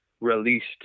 released